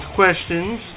questions